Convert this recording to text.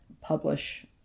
publish